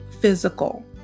physical